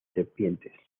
serpientes